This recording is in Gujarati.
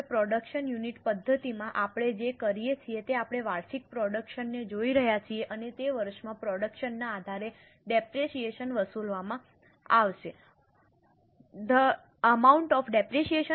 હવે પ્રોડક્શન યુનિટ પદ્ધતિ production unit method માં આપણે જે કરીએ છીએ તે આપણે વાર્ષિક પ્રોડક્શન ને જોઈ રહ્યા છીએ અને તે વર્ષમાં પ્રોડક્શન ના આધારે ડેપરેશીયેશન વસૂલવામાં આવશે